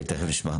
תכף נשמע.